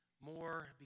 more